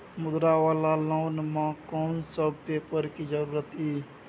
मुद्रा वाला लोन म कोन सब पेपर के जरूरत इ?